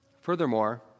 Furthermore